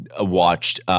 watched